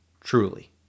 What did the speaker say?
truly